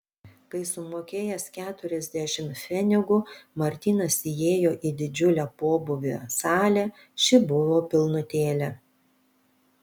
kai sumokėjęs keturiasdešimt pfenigų martynas įėjo į didžiulę pobūvių salę ši buvo pilnutėlė